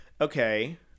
okay